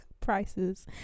prices